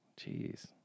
Jeez